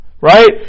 Right